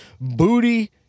booty